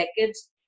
decades